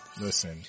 listen